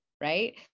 right